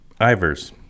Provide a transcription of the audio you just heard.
Ivers